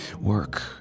work